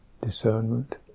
discernment